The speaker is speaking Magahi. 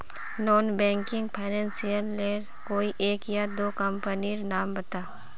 नॉन बैंकिंग फाइनेंशियल लेर कोई एक या दो कंपनी नीर नाम बता?